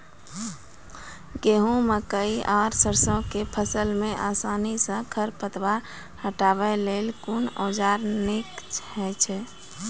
गेहूँ, मकई आर सरसो के फसल मे आसानी सॅ खर पतवार हटावै लेल कून औजार नीक है छै?